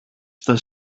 στα